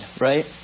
right